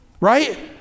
Right